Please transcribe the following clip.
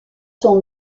sont